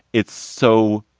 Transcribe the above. it's so,